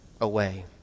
away